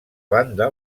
banda